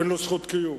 אין לו זכות קיום.